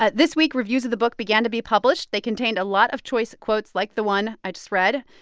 ah this week, reviews of the book began to be published. they contained a lot of choice quotes like the one i just read.